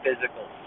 physical